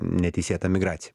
neteisėtą migraciją